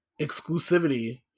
exclusivity